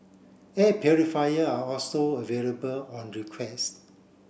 air purifier are also available on request